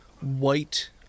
white